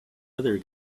other